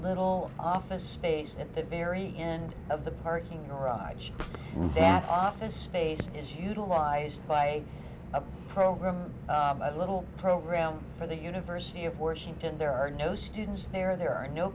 little office space at the very end of the parking garage that office space is utilized by a program a little program for the university of washington there are no no students there there are no